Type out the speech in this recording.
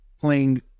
playing